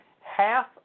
half